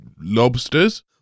lobsters